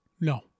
No